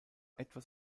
etwas